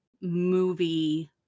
movie